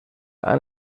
han